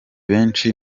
benshi